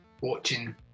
watching